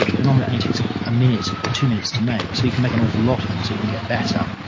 an omelet only takes a minute or two minutes to make, so you can make an awful lot of them, so you can get better.